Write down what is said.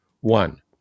one